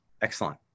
Excellent